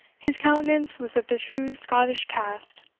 his countenance was of the true scottish cast,